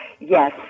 Yes